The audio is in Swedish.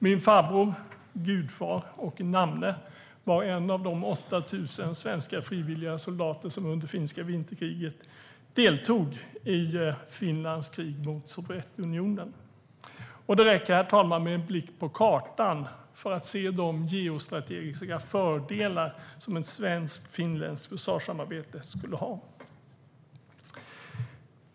Min farbror, gudfar och namne var en av de 8 000 svenska frivilliga soldater som under finska vinterkriget deltog i Finlands krig mot Sovjetunionen. Det räcker, herr talman, med en blick på kartan för att se de geostrategiska fördelar som ett svensk-finländskt försvarssamarbete skulle ha.